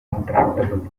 intractable